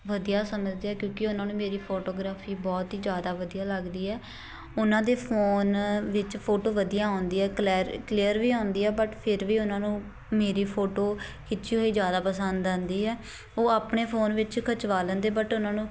ਵਧੀਆ ਸਮਝਦੇ ਆ ਕਿਉਂਕਿ ਉਹਨਾਂ ਨੂੰ ਮੇਰੀ ਫੋਟੋਗ੍ਰਾਫੀ ਬਹੁਤ ਹੀ ਜ਼ਿਆਦਾ ਵਧੀਆ ਲੱਗਦੀ ਹੈ ਉਹਨਾਂ ਦੇ ਫੋਨ ਵਿੱਚ ਫੋਟੋ ਵਧੀਆ ਆਉਂਦੀ ਹੈ ਕਲੈਰ ਕਲੀਅਰ ਵੀ ਆਉਂਦੀ ਆ ਬਟ ਫਿਰ ਵੀ ਉਹਨਾਂ ਨੂੰ ਮੇਰੀ ਫੋਟੋ ਖਿੱਚੀ ਹੋਈ ਜ਼ਿਆਦਾ ਪਸੰਦ ਆਉਂਦੀ ਹੈ ਉਹ ਆਪਣੇ ਫੋਨ ਵਿੱਚ ਖਿਚਵਾ ਲੈਂਦੇ ਬਟ ਉਹਨਾਂ ਨੂੰ